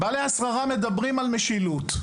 בעלי השררה מדברים על משילות.